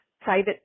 private